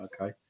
okay